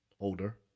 older